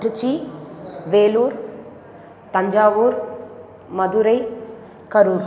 Trichy Vellore Thanjavur Madurai Karur